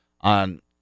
on